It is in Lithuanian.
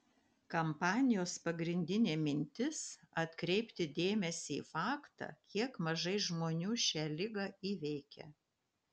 kampanijos pagrindinė mintis atkreipti dėmesį į faktą kiek mažai žmonių šią ligą įveikia